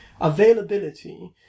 availability